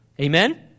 Amen